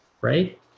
Right